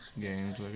games